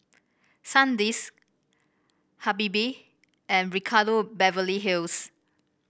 Sandisk Habibie and Ricardo Beverly Hills